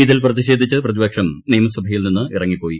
ഇതിൽ പ്രതിഷേധിച്ച് പ്രതിപക്ഷം നിയമസഭയിൽ നിന്ന് ഇറങ്ങിപ്പോയി